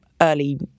early